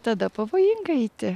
tada pavojinga eiti